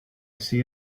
see